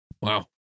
Wow